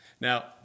Now